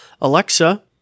Alexa